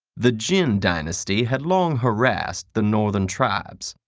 the jin dynasty had long harassed the northern tribes,